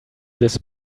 this